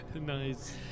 Nice